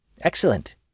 Excellent